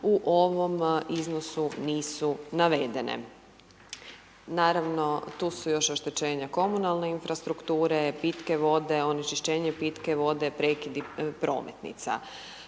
u ovom iznosu nisu navedene. Naravno, tu su još oštećenja komunalne infrastrukture, pitke vode, onečišćenje pitke vode, prekidi prometnica.